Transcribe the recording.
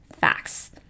facts